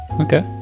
Okay